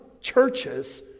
churches